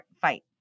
fight